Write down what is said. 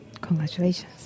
congratulations